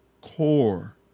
core